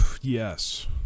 Yes